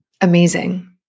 amazing